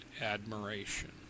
admiration